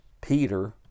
Peter